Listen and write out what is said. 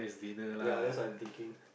ya that's what I'm thinking